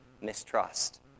mistrust